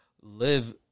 live